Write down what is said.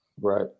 Right